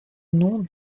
nom